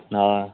ꯑꯥ